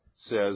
says